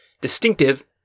distinctive